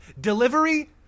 delivery